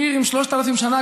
עיר עם 3,000 שנה,